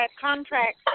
contract